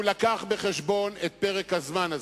הוא הביא בחשבון את פרק הזמן הזה.